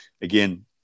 again